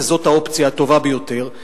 וזו האופציה הטובה ביותר,